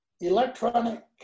electronic